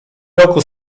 roku